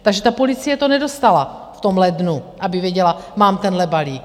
Takže ta policie to nedostala v tom lednu, aby věděla, mám tenhle balík.